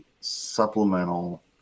supplemental